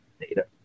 data